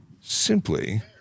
simply